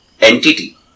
entity